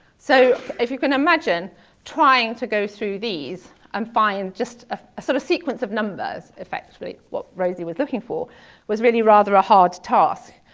so if you can imagine trying to go through these and um find just ah a sort of sequence of numbers, effectually what rosie was looking for was really rather a hard task.